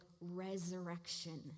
resurrection